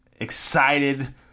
Excited